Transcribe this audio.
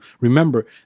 Remember